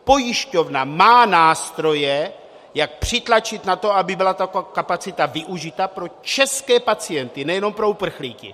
Pojišťovna má nástroje, jak přitlačit na to, aby byla ta kapacita využita pro české pacienty, nejenom pro uprchlíky.